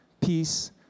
peace